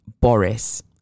boris